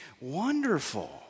wonderful